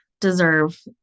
deserve